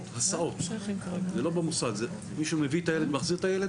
מישהו מביא את הילד ומחזיר אותו.